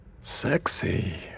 sexy